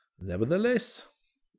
Nevertheless